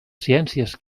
ciències